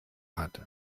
hat